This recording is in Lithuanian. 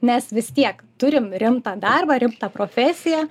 nes vis tiek turim rimtą darbą rimtą profesiją